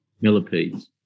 millipedes